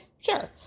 Sure